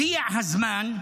הגיע הזמן,